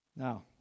Now